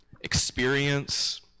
experience